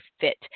fit